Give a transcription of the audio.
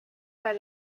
pas